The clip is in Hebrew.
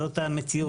זאת המועצה.